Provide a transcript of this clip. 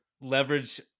leverage